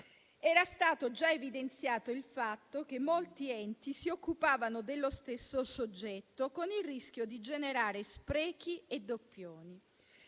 Era stato già evidenziato il fatto che molti enti si occupavano dello stesso soggetto, con il rischio di generare sprechi e doppioni